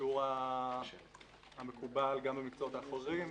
השיעור המקובל גם במקצועות אחרים,